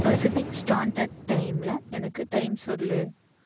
Pacific standard டைமில் எனக்கு time சொல்